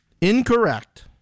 Incorrect